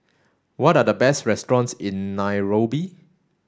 what are the best restaurants in Nairobi